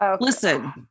Listen